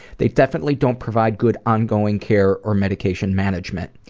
they definitely don't provide good ongoing care or medication management.